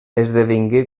esdevingué